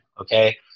Okay